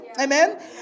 Amen